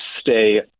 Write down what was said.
stay